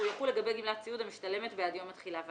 והוא יחול לגבי גמלת סיעוד המשתלמת בעד יום התחילה ואילך.